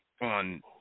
on